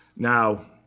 now,